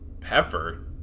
pepper